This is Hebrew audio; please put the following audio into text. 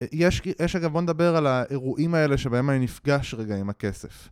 יש, יש אגב, בוא נדבר על האירועים האלה שבהם אני נפגש רגע עם הכסף